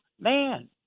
man